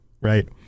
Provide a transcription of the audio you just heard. Right